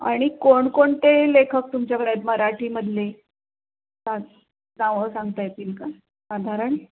आणि कोणकोणते लेखक तुमच्याकडं आहेत मराठीमधले नावं सांगता येतील का साधारण